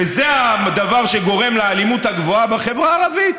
וזה הדבר שגורם לאלימות הגבוהה בחברה הערבית,